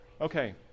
Okay